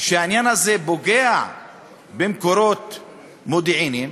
שהעניין הזה פוגע במקורות מודיעיניים,